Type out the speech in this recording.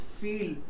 feel